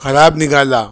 खराब निघाला